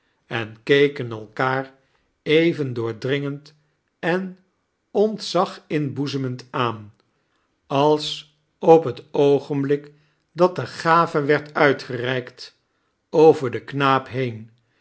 en kekan elkaar even doordrdngend en ontzaginiboezemieind aain als op het oogenblik dat de gave werd uitgereikt over den knaap heen